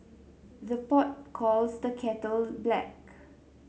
the pot calls the kettle black